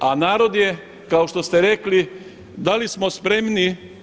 A narod je kao što ste rekli da li smo spremni.